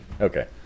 Okay